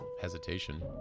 hesitation